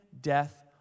death